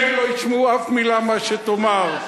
ממילא לא ישמעו מלה ממה שתאמר,